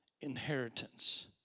inheritance